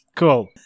Cool